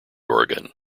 oregon